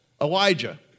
Elijah